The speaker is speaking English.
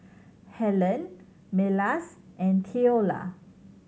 Helene Milas and Theola